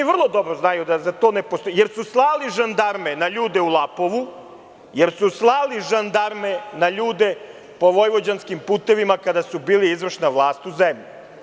Vrlo dobro znaju da za to ne postoji, jer su slali žandarme na ljude u Lapovu, jer su slali žandarme na ljude po vojvođanskim putevima kada su bili izvršna vlast u zemlji.